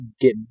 get